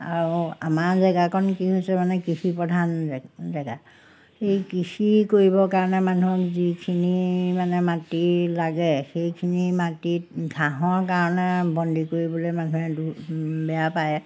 আৰু আমাৰ জেগাকণ কি হৈছে মানে কৃষি প্ৰধান জেগা সেই কৃষি কৰিবৰ কাৰণে মানুহক যিখিনি মানে মাটি লাগে সেইখিনি মাটিত ঘাঁহৰ কাৰণে বন্দী কৰিবলৈ মানুহে বেয়া পায়